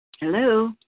Hello